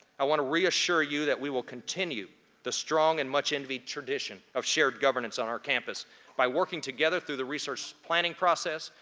i want to reassure you that we will continue the strong and much-envied tradition of shared governance on our campus by working together through the research planning process,